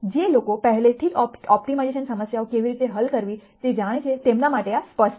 જે લોકો પહેલેથી જ ઓપ્ટિમાઇઝેશન સમસ્યાઓ કેવી રીતે હલ કરવી તે જાણે છે તેમના માટે આ સ્પષ્ટ છે